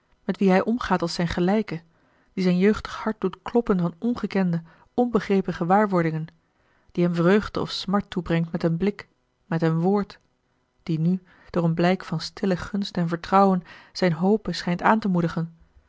met wie hij omgaat als zijn gelijke die zijn jeugdig hart doet kloppen van ongekende onbegrepen gewaarwordingen die hem vreugde of smart toebrengt met een blik met een woord die nu door een blijk van stille gunst en vertrouwen zijne hope schijnt aan te moedigen